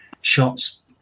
shots